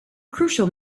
crucial